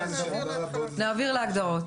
יש --- נעביר להגדרות.